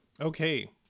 Okay